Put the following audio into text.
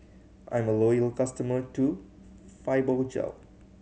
I'm a loyal customer to Fibogel